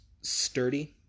sturdy